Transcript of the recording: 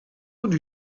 would